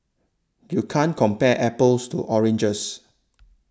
you can't compare apples to oranges